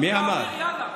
להעביר, יאללה.